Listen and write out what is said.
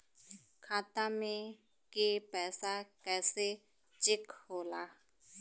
खाता में के पैसा कैसे चेक होला?